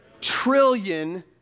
Trillion